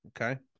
okay